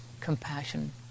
compassion